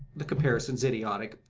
the comparison is idiotic,